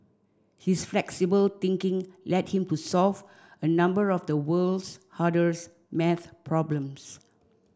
his flexible thinking led him to solve a number of the world's hardest maths problems